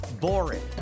boring